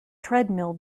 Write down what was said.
treadmill